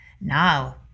Now